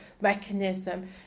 mechanism